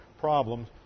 problems